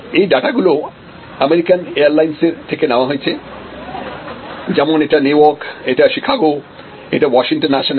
এই ডাটা গুলো আমেরিকান এয়ারলাইন্সের থেকে নেওয়া হয়েছে যেমন এটা নেওয়ার্ক এটা চিকাগো এটা ওয়াশিংটন ন্যাশনাল